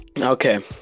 Okay